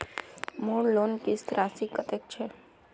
मोर लोन किस्त राशि कतेक छे?